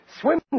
Swim